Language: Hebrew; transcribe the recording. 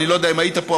אני לא יודע אם היית פה,